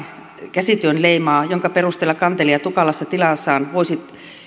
käsityön leimaa jonka perusteella kantelija tukalassa tilassaan voisi